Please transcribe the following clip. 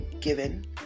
given